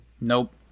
Nope